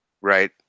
right